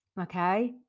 okay